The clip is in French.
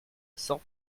sans